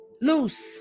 loose